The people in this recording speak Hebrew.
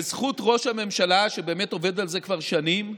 בזכות ראש הממשלה, שבאמת עובד על זה כבר שנים,